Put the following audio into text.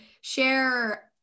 share